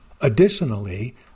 Additionally